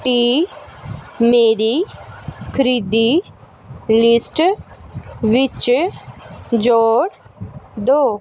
T ਮੇਰੀ ਖਰੀਦੀ list ਵਿੱਚ ਜੋੜ ਦਿਉ